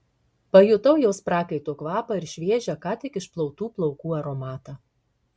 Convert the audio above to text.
pajutau jos prakaito kvapą ir šviežią ką tik išplautų plaukų aromatą